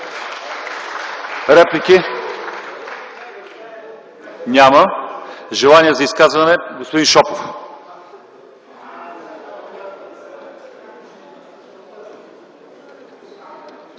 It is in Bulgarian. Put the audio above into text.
Реплики? Няма. Желание за изказване – господин Шопов.